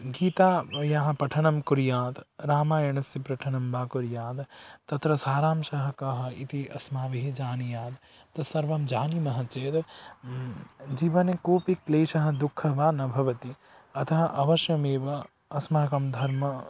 गीतायाः पठनं कुर्याद् रामायणस्य पठनं वा कुर्याद् तत्र सारांशः कः इति अस्माभिः जानीयात् तद् सर्वं जानीमः चेद् जीवने कोऽपि क्लेशः दुःखं वा न भवति अतः अवश्यमेव अस्माकं धर्मः